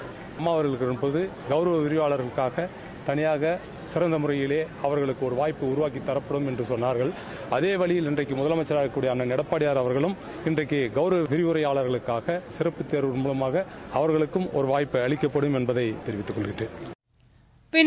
மாண்புமிகு அம்மா அவர்களுக்கு கௌரவ விரிவுரையாளர்களுக்காக தனியாக சிறந்த முறையிலே அவர்களுக்கு ஒரு வாய்ப்பு உருவாக்கித் தாப்படும் என்று சொன்னார்கள் அதேவழியில் இன்னிக்கு முதலமைச்சராக இருக்கக்கூடிய அண்ணன் எடப்பாடியார் அவர்களும் இன்றைக்கு கௌரவ விரிவுரையாளர்களுக்காக சிறப்பு கேர்வு மேலமாக அவர்களுக்கும் ஒரு வாய்ப்பு அளிக்கப்படும் என்பதை தெரிவித்துக் கொள்கிறேன் பின்னர்